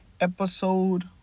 episode